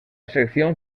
selección